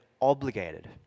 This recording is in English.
obligated